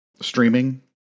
streaming